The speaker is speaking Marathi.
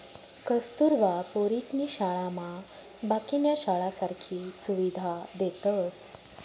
कस्तुरबा पोरीसनी शाळामा बाकीन्या शाळासारखी सुविधा देतस